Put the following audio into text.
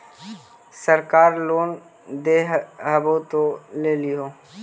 सरकार लोन दे हबै तो ले हो?